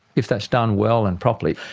if that's done well and properly,